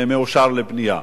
מאושר לבנייה.